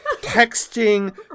texting